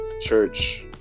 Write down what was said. church